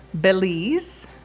Belize